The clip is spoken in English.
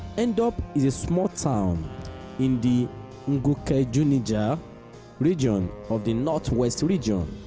and ndop is a small town in the ngoketunjia region of the north west region.